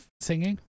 singing